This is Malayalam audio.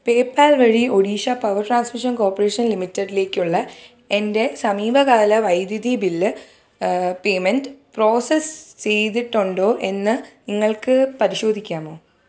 പേയ്പാൽ വഴി ഒഡീഷ പവർ ട്രാൻസ്മിഷൻ കോർപ്പറേഷൻ ലിമിറ്റഡിലേക്കുള്ള എൻ്റെ സമീപകാല വൈദ്യുതി ബിൽ പേയ്മെൻ്റ് പ്രോസസ്സ് ചെയ്തിട്ടുണ്ടോ എന്ന് നിങ്ങൾക്ക് പരിശോധിക്കാമോ